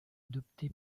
adopté